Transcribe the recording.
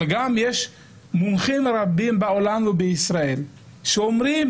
אבל יש גם מומחים רבים בעולם ובישראל שאומרים